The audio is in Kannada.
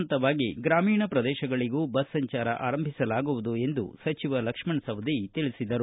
ಹಂತವಾಗಿ ಗ್ರಮೀಣ ಪ್ರದೇಶಗಳಗೂ ಬಸ್ ಸಂಚಾರ ಆರಂಭಿಸಲಾಗುವುದು ಎಂದು ಸಚಿವ ಲಕ್ಷ್ಮಣ ಸವದಿ ತಿಳಿಸಿದರು